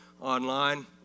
online